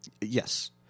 Yes